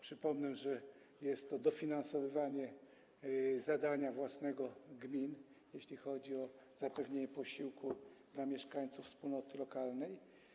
Przypomnę, że jest to dofinansowywanie zadania własnego gmin, jeśli chodzi o zapewnienie posiłku dla mieszkańców wspólnoty lokalnej.